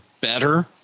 better